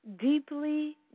Deeply